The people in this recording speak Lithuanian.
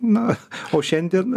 na o šiandien